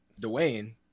Dwayne